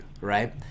right